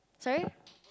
sorry